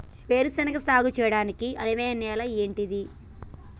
వేరు శనగ సాగు చేయడానికి అనువైన నేల ఏంటిది?